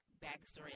backstory